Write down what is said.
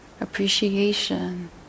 appreciation